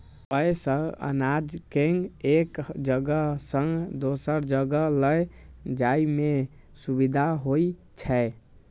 अय सं अनाज कें एक जगह सं दोसर जगह लए जाइ में सुविधा होइ छै